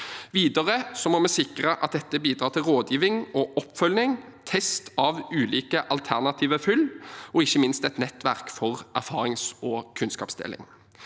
Videre må vi sikre at dette bidrar til rådgivning og oppfølging, test av ulike alternative fyll og ikke minst et nettverk for erfarings- og kunnskapsdeling.